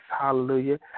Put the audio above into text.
hallelujah